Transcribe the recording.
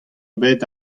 bet